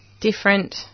different